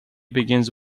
begins